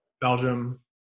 Belgium